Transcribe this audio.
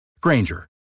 Granger